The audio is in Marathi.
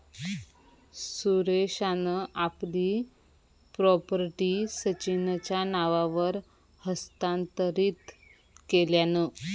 सुरेशान आपली प्रॉपर्टी सचिनच्या नावावर हस्तांतरीत केल्यान